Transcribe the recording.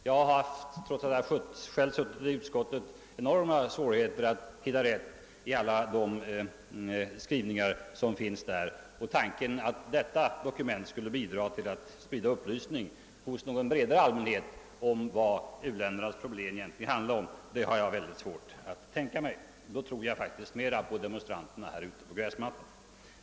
Jag har, trots att jag själv varit med om utskottsbehandlingen, haft enorma svårigheter att hitta rätt i alla de skrivningar som finns där. Och att detta dokument skulle bidra till att sprida upplysning hos någon bredare allmänhet om vad u-ländernas problem egentligen gäller har jag mycket svårt att tänka mig. Då tror jag faktiskt mera på demonstranterna på gräsmattan här utanför.